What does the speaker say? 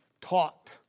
taught